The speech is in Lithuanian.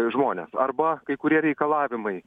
žmonės arba kai kurie reikalavimai